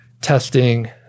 testing